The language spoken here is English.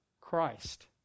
Christ